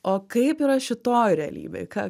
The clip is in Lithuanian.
o kaip yra šitoj realybėj ką